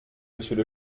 monsieur